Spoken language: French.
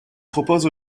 propose